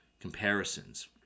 comparisons